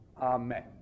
Amen